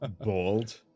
Bold